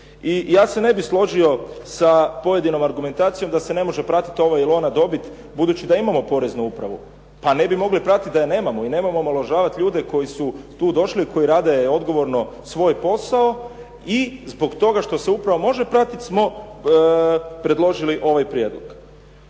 I ja se ne bih složio sa pojedinom argumentacijom da se ne može pratiti ova ili ona dobit budući da imamo Poreznu upravu, pa ne bi mogli pratiti da nemamo i nemojmo omalovažavati ljude koji su tu došli, koji rade odgovorno svoj posao i zbog toga što se upravo može pratiti smo predložili ovaj prijedlog.